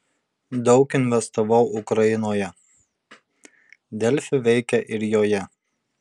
daug investavau ukrainoje delfi veikia ir joje